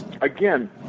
again